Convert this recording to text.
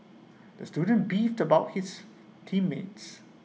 the student beefed about his team mates